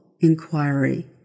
inquiry